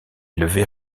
levées